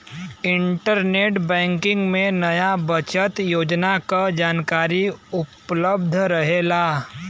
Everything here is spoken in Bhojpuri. इंटरनेट बैंकिंग में नया बचत योजना क जानकारी उपलब्ध रहेला